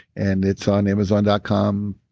and it's on amazon dot com,